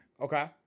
Okay